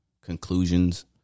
Conclusions